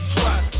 trust